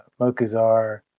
Mokuzar